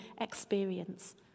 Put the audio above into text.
experience